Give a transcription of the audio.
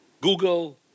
Google